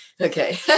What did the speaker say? Okay